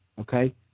okay